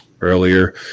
earlier